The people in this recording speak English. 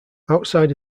outside